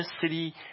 city